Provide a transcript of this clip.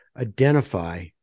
identify